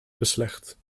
beslecht